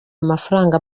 amafaranga